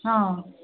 हँ